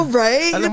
right